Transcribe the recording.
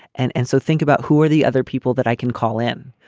and and so think about who are the other people that i can call in?